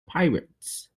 pirates